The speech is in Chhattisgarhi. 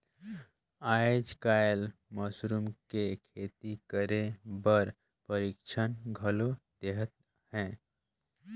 आयज कायल मसरूम के खेती करे बर परिक्छन घलो देहत हे